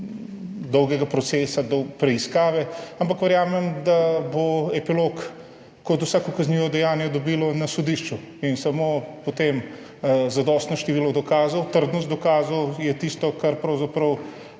dolgega procesa preiskave, ampak verjamem, da bo epilog kot vsako kaznivo dejanje dobil na sodišču. In potem je samo zadostno število dokazov, trdnost dokazov tisto, kar pravzaprav